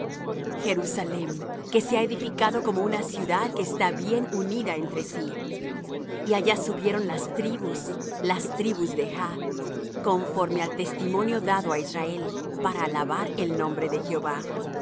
como una ciudad que está bien unida entre sí y allá subieron las tribus las tribus de jah conforme al testimonio dado á israel para alabar el nombre de jehová